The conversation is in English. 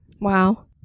Wow